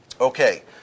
Okay